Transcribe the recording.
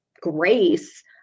grace